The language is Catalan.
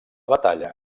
batalla